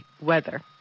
weather